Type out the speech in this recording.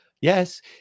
Yes